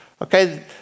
okay